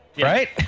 right